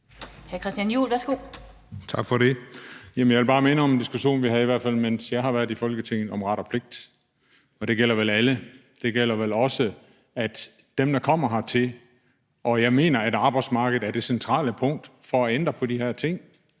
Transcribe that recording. Jeg vil bare minde om en diskussion, vi havde, i hvert fald mens jeg har været i Folketinget, om ret og pligt. Det gælder vel alle. Det gælder vel også dem, der kommer hertil, og jeg mener, at arbejdsmarkedet er det centrale punkt for at ændre på de her ting,